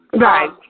Right